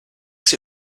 sie